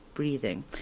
breathing